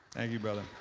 thank you, brother.